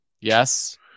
Yes